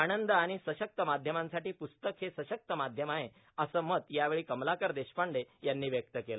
आनंद आणि सशक्त माध्यमांसाठी प्रस्तक हे सशक्त माध्यम आहे असं मत यावेळी कमलाकर देशपांडे यांनी व्यक्त केलं